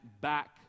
back